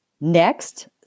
Next